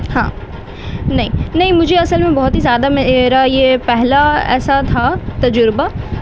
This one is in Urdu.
ہاں نہیں نہیں مجھے اصل میں بہت ہی زیادہ میرا یہ پہلا ایسا تھا تجربہ